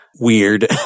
weird